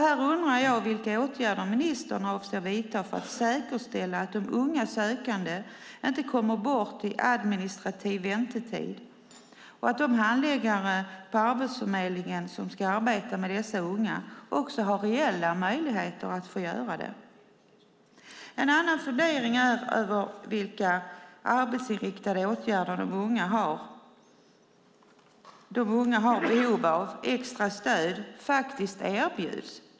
Här undrar jag vilka åtgärder ministern avser att vidta för att säkerställa att de unga sökande inte kommer bort i administrativ väntetid och att de handläggare på Arbetsförmedlingen som ska arbeta med dessa unga också har reella möjligheter att göra detta. En annan fundering är vilka arbetsinriktade åtgärder de unga som har behov av extra stöd faktiskt erbjuds.